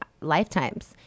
lifetimes